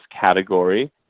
category